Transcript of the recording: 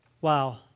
Wow